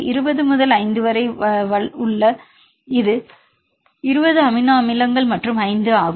20 முதல் 5 வலது வரை இது 20 அமினோ அமிலங்கள் மற்றும் 5 ஆகும்